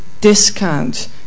discount